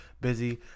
busy